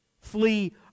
Flee